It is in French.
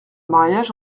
mariage